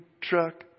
truck